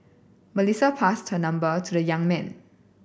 Melissa passed her number to the young man